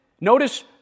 notice